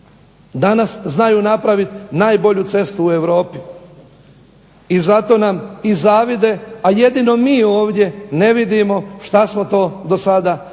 danas znaju napraviti najbolju cestu u Europi. I zato nam zavide, a jedino mi ovdje ne vidimo što smo to do sada učinili.